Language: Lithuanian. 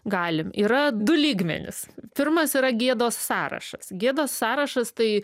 galim yra du lygmenys pirmas yra gėdos sąrašas gėdos sąrašas tai